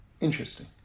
Interesting